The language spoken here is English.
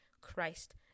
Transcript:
Christ